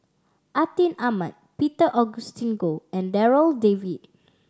Atin Amat Peter Augustine Goh and Darryl David